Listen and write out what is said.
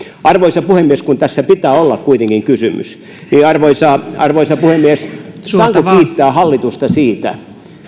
arvoisa puhemies kun tässä pitää olla kuitenkin kysymys arvoisa arvoisa puhemies niin saanko kiittää hallitusta siitä